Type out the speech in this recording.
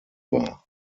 war